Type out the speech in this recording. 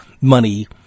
money